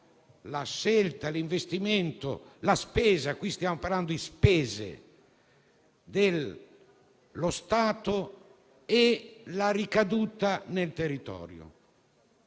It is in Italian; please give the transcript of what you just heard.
la scelta, l'investimento, la spesa (stiamo parlando di spese) dello Stato e la ricaduta nel territorio.